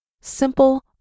simple